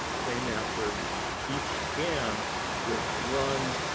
same answer each scan is run